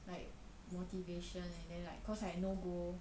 like motivation and then like cause I know go